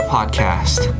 Podcast